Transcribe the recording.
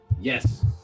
Yes